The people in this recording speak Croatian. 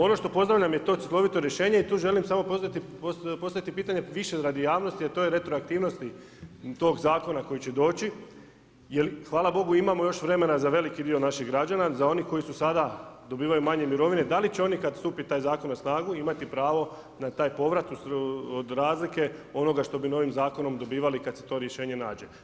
Ono što pozdravljam je to cjelovito rješenje i tu želim samo postaviti pitanje više radi javnosti jer o toj retroaktivnosti tog zakona koji će doći jer, hvala Bogu, imamo još vremena za veliki dio naših građana, za one koji sada dobivaju manje mirovine, da li će oni kad stupi taj zakon na snagu imati pravo na taj povrat od razlike onoga što bi novim zakonom dobivali kad se to rješenje nađe.